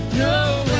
know